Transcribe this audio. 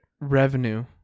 revenue